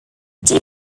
deep